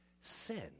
Sin